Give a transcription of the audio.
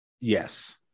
Yes